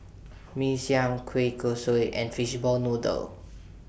Mee Siam Kueh Kosui and Fishball Noodle